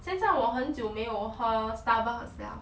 现在我很久没有喝 starbucks 了